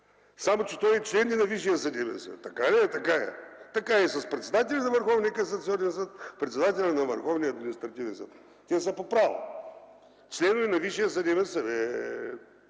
Само че той е член на Висшия съдебен съвет. Така ли? Така е. Така е и с председателя на Върховния касационен съд, председателя на Върховния административен съд. Те са по право членове на Висшия съдебен съвет.